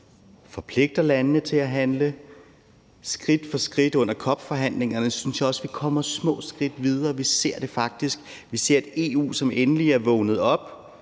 forpligter landene til at handle, og skridt for skridt under COP-forhandlingerne synes jeg vi kommer små skridt videre. Vi ser det faktisk. Vi ser et EU, som endelig er vågnet op,